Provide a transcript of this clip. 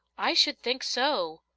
i should think so!